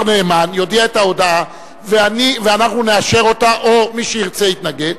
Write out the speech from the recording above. נאשר אותה, או מי שירצה יתנגד.